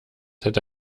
hätte